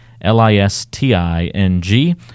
L-I-S-T-I-N-G